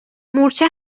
مورچه